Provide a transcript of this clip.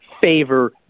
favor